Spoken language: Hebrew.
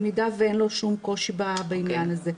במידה ואין לו שום קושי בעניין הזה.